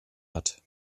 hat